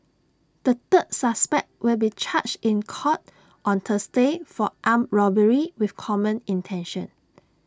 the third suspect will be charged in court on Thursday for armed robbery with common intention